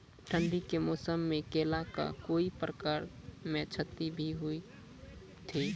ठंडी के मौसम मे केला का कोई प्रकार के क्षति भी हुई थी?